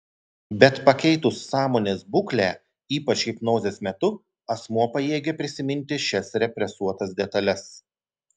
bet pakeitus sąmonės būklę ypač hipnozės metu asmuo pajėgia prisiminti šias represuotas detales